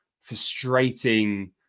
frustrating